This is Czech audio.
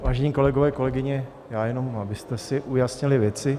Vážení kolegové, kolegyně, já jenom, abyste si ujasnili věci.